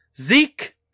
Zeke